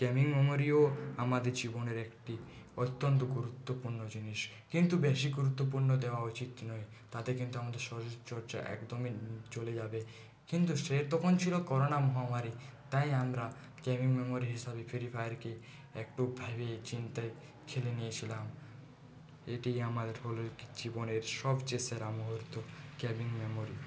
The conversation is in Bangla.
গেমিং মেমরিও আমাদের জীবনের একটি অত্যন্ত গুরুত্বপূর্ণ জিনিস কিন্তু বেশি গুরুত্বপূর্ণ দেওয়া উচিত নয় তাতে কিন্তু আমাদের শরীরচর্চা একদমই চলে যাবে কিন্তু সে তখন ছিল করোনা মহামারী তাই আমরা গেমিং মেমরি হিসাবে ফ্রি ফায়ারকে একটু ভেবেচিন্তে খেলে নিয়েছিলাম এটি আমাদের হল জীবনের সবচেয়ে সেরা মুহুর্ত গেমিং মেমরি